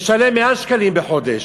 לשלם 100 שקלים בחודש.